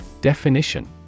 Definition